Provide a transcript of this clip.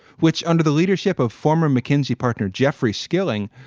which under the leadership of former mckinsey partner jeffrey skilling,